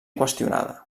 qüestionada